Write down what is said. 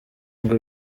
ngo